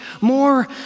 more